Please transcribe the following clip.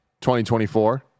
2024